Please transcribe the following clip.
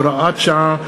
הוראת שעה),